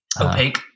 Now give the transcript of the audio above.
opaque